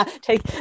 take